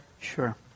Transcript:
Sure